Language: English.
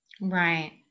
Right